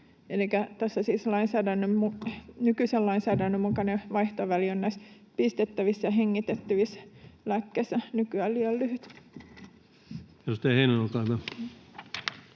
nykyisen lainsäädännön mukainen vaihtoväli on pistettävissä ja hengitettävissä lääkkeissä nykyään liian lyhyt.